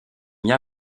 mia